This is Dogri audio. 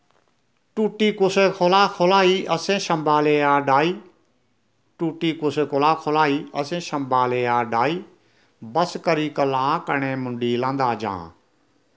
टूट्टी कुसै कोला खोलाही असें शंबा लेई डाही टूट्टी कुसै कोला खोलाही असें शंबा लेई डाही बस करी करलां कन्नै मुंडी लांह्दा जां